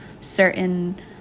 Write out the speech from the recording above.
certain